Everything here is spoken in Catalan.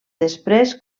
després